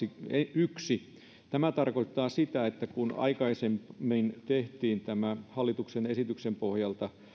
yksi tämä tarkoittaa sitä että kun aikaisemmin tehtiin hallituksen esityksen pohjalta